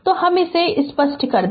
तो इसे हम स्पष्ट कर दे